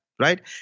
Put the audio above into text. Right